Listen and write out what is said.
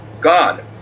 God